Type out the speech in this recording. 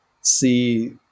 see